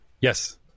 Yes